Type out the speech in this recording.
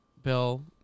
Bill